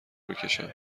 بکشم